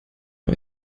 mit